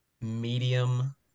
medium